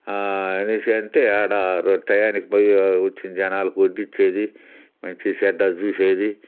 అనేసి అంటే ఆడ టయానికి పోయి వచ్చిన జనాలకి వడ్డిచ్చేది మంచి చెడ్డ చూసేది